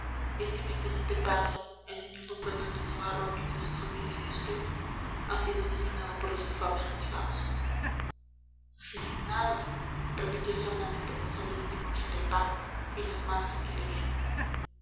es que mi excelente padre el señor d fernando navarro amigo de su familia de usted ha sido asesinado por los infames renegados asesinado repitió sordamente monsalud engullendo el pan y las magras que le dieron